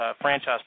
franchise